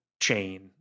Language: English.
chain